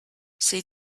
said